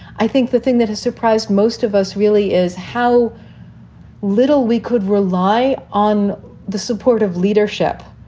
i think the thing that has surprised most of us really is how little we could rely on the support of leadership.